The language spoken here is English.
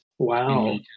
Wow